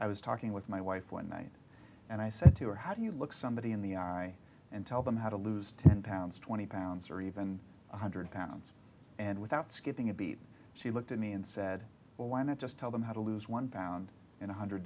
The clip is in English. i was talking with my wife one night and i said to her how do you look somebody in the eye and tell them how to lose ten pounds twenty pounds or even one hundred pounds and without skipping a beat she looked at me and said well why not just tell them how to lose one pound in one hundred